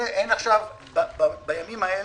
בימים האלה,